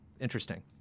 Interesting